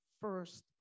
first